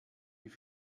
wie